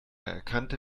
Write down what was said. erkannte